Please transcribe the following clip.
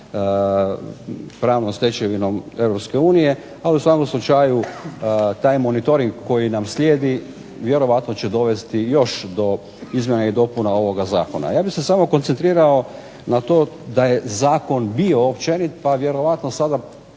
pravnom stečevinom Europske unije. Ali u svakom slučaju taj monitoring koji nam slijedi vjerojatno će dovesti još do izmjena i dopuna ovoga Zakona. Ja bih se samo koncentrirao na to da je zakon bio općenit, pa vjerojatno sada